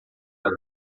neve